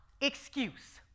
excuse